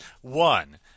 One